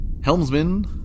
Helmsman